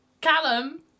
Callum